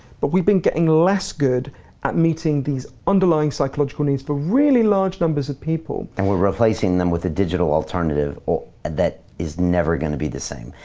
but we've been getting less good at meeting these underlying psychological needs for really large numbers of people. and we're we're facing them with a digital alternative that is never gonna be the same.